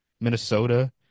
Minnesota